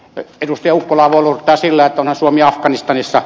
ukkolaa voi lohduttaa sillä että onhan suomi afganistanissa